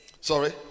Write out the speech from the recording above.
sorry